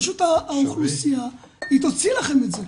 רשות האוכלוסין תוציא לכם את זה.